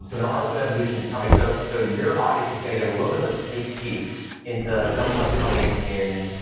so there are some evolutions coming. so, so your audience is going to get a little bit of a sneak peek into some of what's coming in,